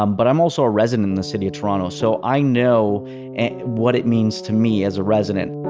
um but i'm also a resident of the city of toronto, so i know what it means to me as a resident.